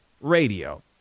Radio